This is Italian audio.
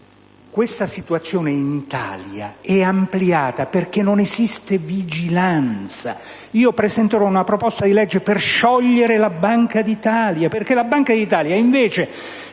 questa situazione in Italia è ampliata perché non esiste vigilanza. Io presenterò una proposta di legge per sciogliere la Banca d'Italia che, invece